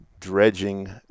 dredging